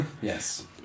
Yes